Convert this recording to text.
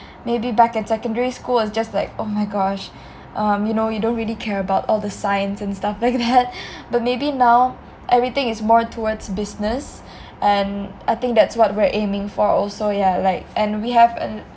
maybe back in secondary school it's just like oh my gosh um you know you don't really care about all the science and stuff like that but maybe now everything is more towards business and I think that's what we're aiming for also yah like and we have a